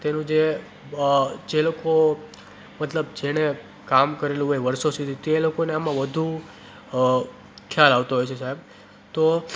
તેનું જે જે લોકો મતલબ જેણે કામ કરેલું હોય વર્ષો સુધી તે લોકોને આમાં વધુ ખ્યાલ આવતો હોય છે સાહેબ તો